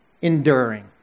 enduring